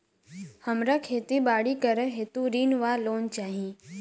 हमरा खेती बाड़ी करै हेतु ऋण वा लोन चाहि?